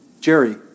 Jerry